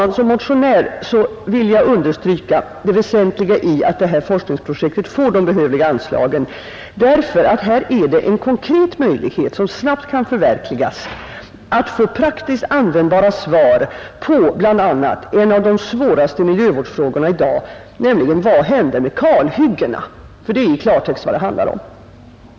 Men som motionär vill jag understryka det väsentliga i att detta forskningsprojekt får de behövliga anslagen, därför att här finns det en konkret möjlighet, som snabbt kan förverkligas, att få praktiskt användbara svar på en av de svåraste miljövårdsfrågorna i dag: Vad händer med kalhyggena? Det är nämligen i klartext vad det här handlar om.